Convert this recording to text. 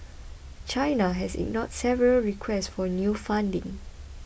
China has ignored several requests for new funding